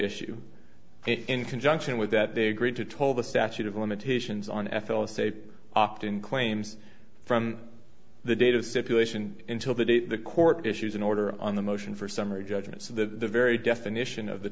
issue in conjunction with that they agreed to toll the statute of limitations on f l a state opt in claims from the date of situation until the day the court issues an order on the motion for summary judgment so the very definition of the